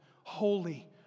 holy